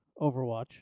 Overwatch